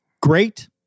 great